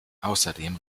außerdem